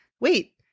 wait